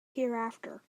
hereafter